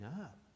up